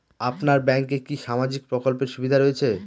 আপনার ব্যাংকে কি সামাজিক প্রকল্পের সুবিধা রয়েছে?